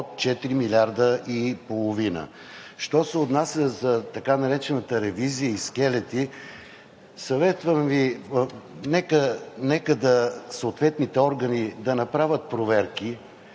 под 4,5 милиарда. Що се отнася за така наречената ревизия и скелети, съветвам Ви – нека съответните органи да направят проверки